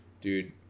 dude